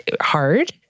hard